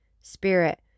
Spirit